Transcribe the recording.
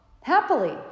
Happily